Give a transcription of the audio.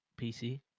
PC